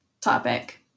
topic